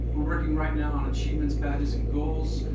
we're working right now on achievements, badges and goals,